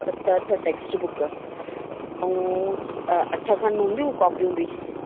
सत अठ text book ऐं अठ खनि हूंदियूं कॉपियूं बि